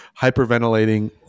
hyperventilating